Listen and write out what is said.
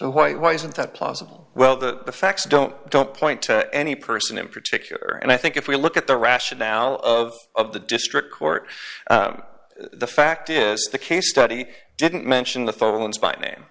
so why why isn't that plausible well the facts don't don't point to any person in particular and i think if we look at the rationale of of the district court the fact is the case study didn't mention the phones by name